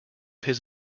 his